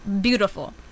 beautiful